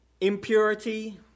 impurity